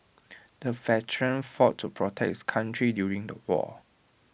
the veteran fought to protect his country during the war